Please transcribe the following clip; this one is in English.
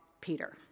Peter